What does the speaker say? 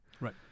right